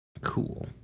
Cool